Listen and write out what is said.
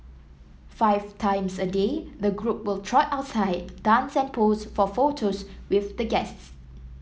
five times a day the group will trot outside dance and pose for photos with the guests